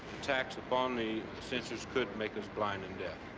attacks upon the sensors could make us blind and deaf.